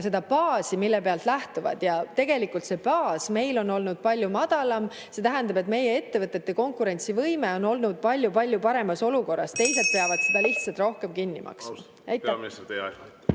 seda baasi, mille pealt lähtuvad. Ja tegelikult see baas meil on olnud palju madalam. See tähendab, et meie ettevõtete konkurentsivõime on olnud palju-palju paremas olukorras. (Juhataja helistab kella.) Teised peavad seda lihtsalt rohkem kinni maksma.